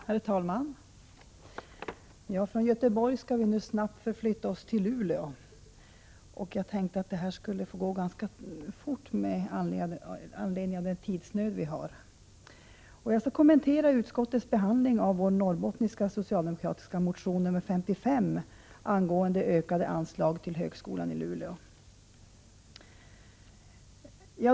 Herr talman! Från Göteborg skall vi nu snabbt förflytta oss till Luleå. Det skall få gå ganska fort med tanke på den tidsnöd som vi har. Jag skall kommentera utskottets behandling av vår norrbottniska socialdemokratiska motion nr 55 angående ökade anslag till högskolan i Luleå.